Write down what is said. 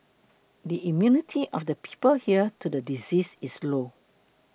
the immunity of the people here to the disease is low